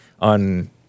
on